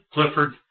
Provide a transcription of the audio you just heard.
Clifford